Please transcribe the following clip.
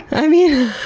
i mean,